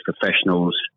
professionals